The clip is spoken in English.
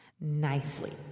nicely